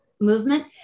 movement